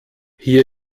hier